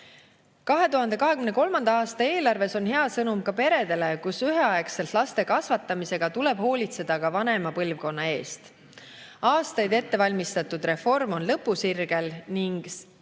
2023. aasta eelarves on hea sõnum ka peredele, kus üheaegselt laste kasvatamisega tuleb hoolitseda ka vanema põlvkonna eest. Aastaid ettevalmistatud reform on lõpusirgel. Kui seni